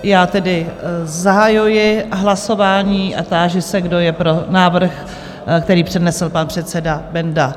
Já tedy zahajuji hlasování a táži se, kdo je pro návrh, který přednesl pan předseda Benda?